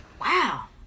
Wow